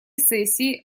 сессии